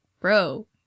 bro